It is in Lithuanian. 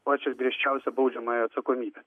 pačią griežčiausią baudžiamąją atsakomybę